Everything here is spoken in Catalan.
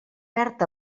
perd